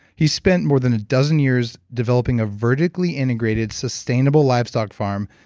he's spent more than a dozen years developing a vertically integrated, sustainable livestock farm,